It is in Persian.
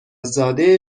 زاده